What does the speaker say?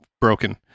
broken